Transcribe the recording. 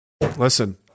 Listen